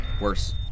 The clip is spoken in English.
Worse